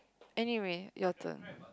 anyway your turn